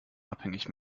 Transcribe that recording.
abhängig